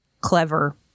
clever